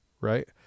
right